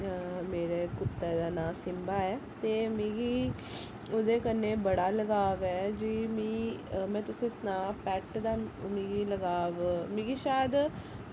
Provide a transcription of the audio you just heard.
हां मेरे कुत्ते दा नांऽ सिंबा ऐ ते मिगी ओह्दे कन्नै बड़ा लगाव ऐ जी मि मैं तुसेंगी सनां पैट दा मिगी लगाव मिगी शायद